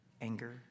anger